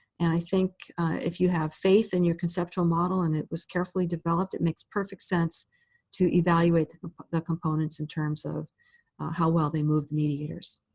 and i think if you have faith in your conceptual model and it was carefully developed, it makes perfect sense to evaluate the components in terms of how well they move the mediators.